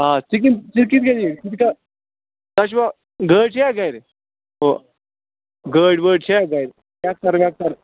آ ژٕ کِن ژٕ کِن کٔتھ یِکھ ژٕ تۄہہِ چھِوٕ گٲڑۍ چھَیا گَرِ گٲڑۍ وٲڑۍ چھیا گَرِ ٹٮ۪کٹر وٮ۪کٹر